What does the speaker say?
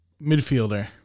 midfielder